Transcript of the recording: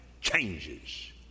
changes